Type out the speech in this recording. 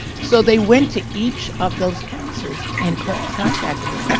so they went to each of those councils and called contacted them.